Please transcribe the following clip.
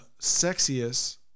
sexiest